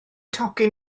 tocyn